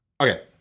Okay